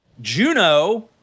Juno